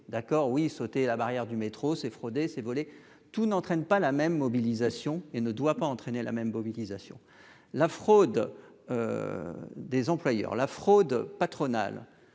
d'accord oui sauter la barrière du métro c'est frauder c'est voler tout n'entraîne pas la même mobilisation et ne doit pas entraîner la même mobilisation la fraude des employeurs, la fraude patronale.